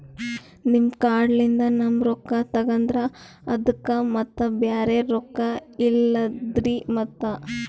ನಿಮ್ ಕಾರ್ಡ್ ಲಿಂದ ನಮ್ ರೊಕ್ಕ ತಗದ್ರ ಅದಕ್ಕ ಮತ್ತ ಬ್ಯಾರೆ ರೊಕ್ಕ ಇಲ್ಲಲ್ರಿ ಮತ್ತ?